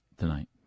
tonight